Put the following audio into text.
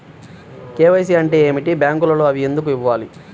KYC అంటే ఏమిటి? బ్యాంకులో అవి ఎందుకు ఇవ్వాలి?